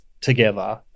together